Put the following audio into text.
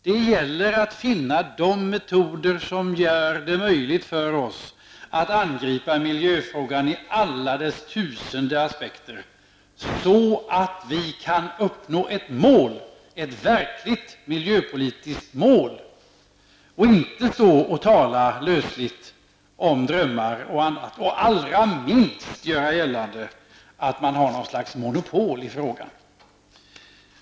Det gäller att finna de metoder som gör det möjligt för oss att angripa miljöfrågan i alla dess tusende aspekter, så att vi kan uppnå ett verkligt miljöpolitiskt mål och inte stå och tala lösligt om drömmar och annat -- och allra minst göra gällande något slags monopol i frågan.